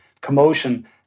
commotion